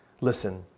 Listen